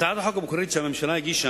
הצעת החוק הממשלתית המקורית שהממשלה הגישה